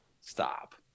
Stop